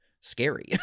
scary